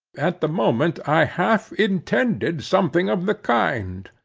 at the moment i half intended something of the kind.